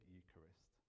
Eucharist